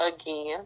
again